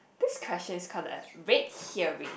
this question is called the red herring